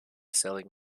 selling